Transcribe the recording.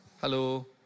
hello